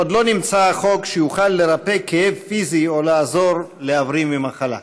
עוד לא נמצא החוק שיוכל לרפא כאב פיזי או לעזור להבריא ממחלה.